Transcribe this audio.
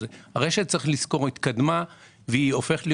צריך לזכור שהרשת התקדמה והיא הופכת להיות